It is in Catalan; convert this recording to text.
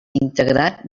integrat